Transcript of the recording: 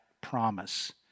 promise